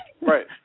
Right